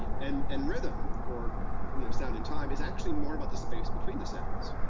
and and rhythm or you know sound in time is actually more about the space between the sounds.